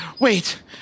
Wait